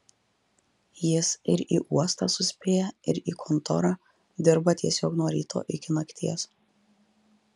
jis ir į uostą suspėja ir į kontorą dirba tiesiog nuo ryto iki nakties